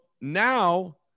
now